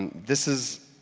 and this is,